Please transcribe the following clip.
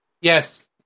Yes